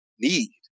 need